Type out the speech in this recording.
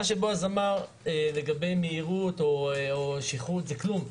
מה שאמר בועז לגבי מהירות או שכרות, זה כלום.